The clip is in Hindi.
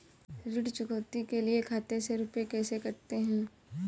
ऋण चुकौती के लिए खाते से रुपये कैसे कटते हैं?